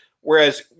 Whereas